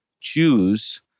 choose